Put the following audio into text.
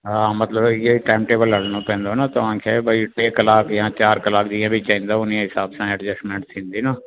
मतलबु इअं ई टाइम टेबल हलिणो पवंदो न तव्हांखे भई टे कलाक या चारि कलाक जीअं बि चवंदो हुन ई जे हिसाब सां ई एडजस्टमेंट थींदी न